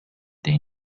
the